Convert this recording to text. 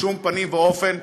בשום פנים ואופן,